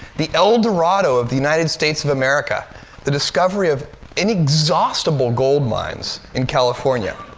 the eldorado of the united states of america the discovery of inexhaustible gold mines in california.